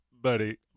buddy